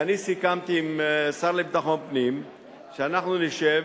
כי אני סיכמתי עם השר לביטחון פנים שאנחנו נשב,